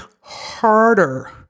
harder